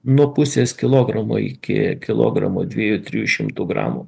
nuo pusės kilogramo iki kilogramo dviejų trijų šimtų gramų